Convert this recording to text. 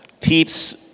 Peeps